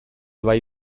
bai